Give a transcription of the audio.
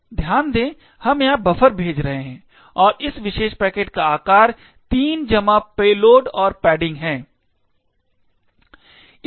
ध्यान दें हम यहाँ बफर भेज रहे हैं और इस विशेष पैकेट का आकार 3 जमा पेलोड और पैडिंग है